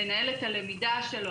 לנהל את הלמידה שלו.